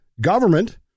government